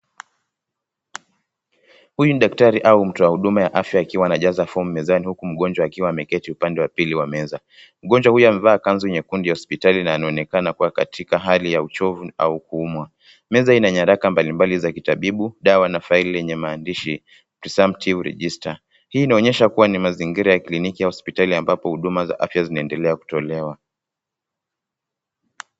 Huyu ni daktari au mtu wa huduma ya afya akiwa anajaza fomu mezani huku mgonjwa akiwa ameketi upande wa pili wa meza ,mgonjwa huyu amevaa kazu nyekundu ya hosipitali na inaonekana kuwa katika hali ya uchovu au kuumwa .Meza inanyaraka mbali mbali za kitabibu ,dawa na faili zenye maadishi Presumptive TB Register .